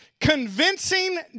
convincing